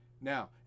Now